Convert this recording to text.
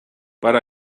para